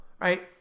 Right